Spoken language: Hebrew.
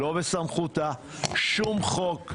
לא בסמכותה שום חוק,